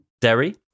Derry